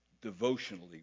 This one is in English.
devotionally